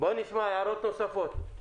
בוא נשמע הערות נוספות.